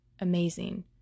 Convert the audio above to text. amazing